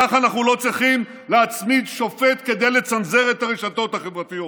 כך אנחנו לא צריכים להצמיד שופט כדי לצנזר את הרשתות החברתיות.